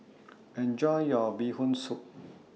Enjoy your Bee Hoon Soup